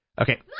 Okay